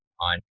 on